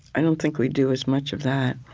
i don't think we do as much of that.